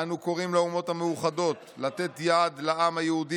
"אנו קוראים לאומות המאוחדות לתת יד לעם היהודי